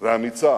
ואמיצה